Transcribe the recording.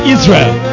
Israel